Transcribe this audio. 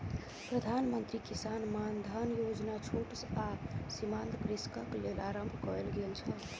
प्रधान मंत्री किसान मानधन योजना छोट आ सीमांत कृषकक लेल आरम्भ कयल गेल छल